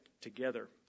together